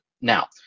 Now